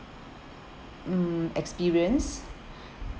mm experience